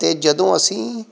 ਅਤੇ ਜਦੋਂ ਅਸੀਂ